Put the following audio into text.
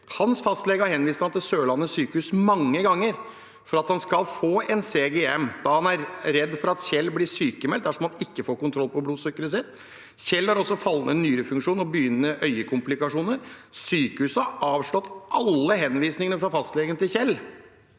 Hans fastlege har henvist ham til Sørlandet sykehus mange ganger for at han skal få en CGM, da han er redd for at Kjell blir sykemeldt dersom han ikke får kontroll på blodsukkeret sitt. Kjell har også fallende nyrefunksjon og begynnende øyekomplikasjoner. Sykehuset har avslått alle henvisningene fra fastlegen til Kjell.